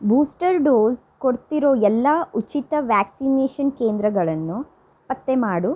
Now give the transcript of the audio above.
booster dose ಕೊಡ್ತಿರೋ ಎಲ್ಲ ಉಚಿತ ವ್ಯಾಕ್ಸಿನೇಷನ್ ಕೇಂದ್ರಗಳನ್ನು ಪತ್ತೆ ಮಾಡು